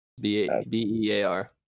b-e-a-r